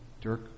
Dirk